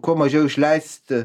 kuo mažiau išleisti